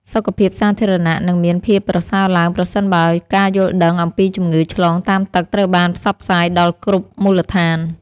សុខភាពសាធារណៈនឹងមានភាពប្រសើរឡើងប្រសិនបើការយល់ដឹងអំពីជំងឺឆ្លងតាមទឹកត្រូវបានផ្សព្វផ្សាយដល់គ្រប់មូលដ្ឋាន។